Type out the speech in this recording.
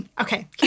Okay